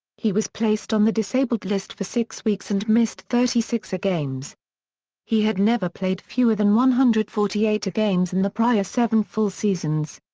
he was placed on the disabled list for six weeks and missed thirty six games he had never played fewer than one hundred and forty eight games in the prior seven full seasons.